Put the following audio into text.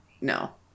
No